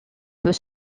peut